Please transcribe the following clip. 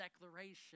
declaration